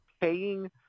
paying